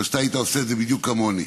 מפני שאתה היית עושה את זה בדיוק כמוני,